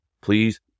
please